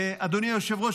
אדוני היושב-ראש,